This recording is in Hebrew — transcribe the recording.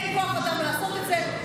אין כוח אדם לעשות את זה,